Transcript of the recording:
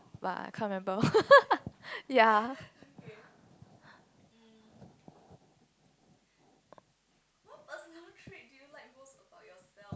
but I can't remember ya